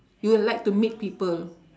you like to meet people